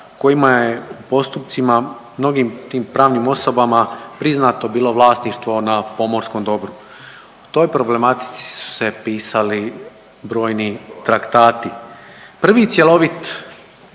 kojima je u postupcima mnogim tim pravnim osobama priznato bilo vlasništvo na pomorskom dobru. O toj problematici su se pisali brojni traktati. Prvi cjelovit